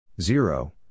zero